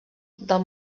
del